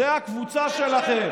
זו הקבוצה שלכם.